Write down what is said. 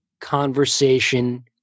conversation